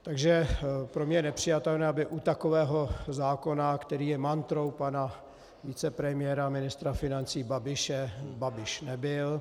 Takže pro mě je nepřijatelné, aby u takového zákona, který je mantrou pana vicepremiéra a ministra financí Babiše, Babiš nebyl.